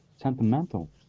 sentimental